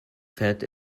felt